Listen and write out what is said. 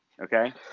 okay